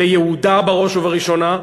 ליהודה, בראש ובראשונה,